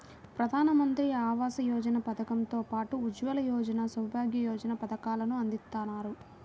ప్రధానమంత్రి ఆవాస యోజన పథకం తో పాటు ఉజ్వల యోజన, సౌభాగ్య యోజన పథకాలను అందిత్తన్నారు